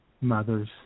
mothers